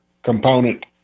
Component